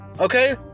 Okay